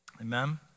amen